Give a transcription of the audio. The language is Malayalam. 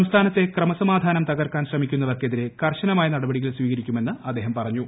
സംസ്ഥാനത്തെ ക്രമസമാധാനം തകർക്കാൻ ശ്രമിക്കുന്നവർക്കെതിരെ കർശനമായ നടപടികൾ സ്വീകരിക്കുമെന്നും അദ്ദേഹം പറഞ്ഞു